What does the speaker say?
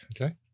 Okay